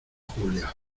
julia